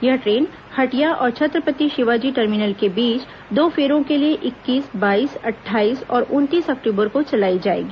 यह ट्रेन हटिया और छत्रपति शिवाजी टर्मिनस के बीच दो फेरों के लिए इक्कीस बाईस अट्ठाईस और उनतीस अक्टूबर को चलाई जाएगी